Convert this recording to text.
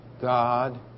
God